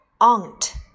Aunt